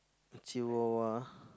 chihuahua